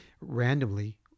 randomly